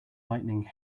lightning